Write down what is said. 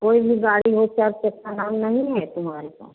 कोई भी गाड़ी हो क्या उसका नाम नहीं है तुम्हारे पास